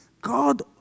God